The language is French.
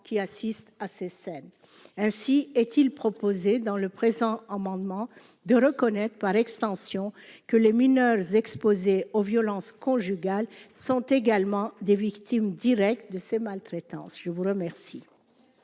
qui assistent à ces scènes ainsi est-il proposé dans le présent amendement de reconnaître, par extension, que les mineurs exposés aux violences conjugales sont également des victimes directes de ces maltraitances, je vous remercie.